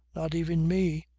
not even me!